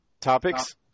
Topics